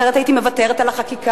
אחרת הייתי מוותרת על החקיקה.